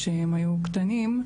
כשהם היו קטנים,